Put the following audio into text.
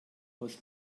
aus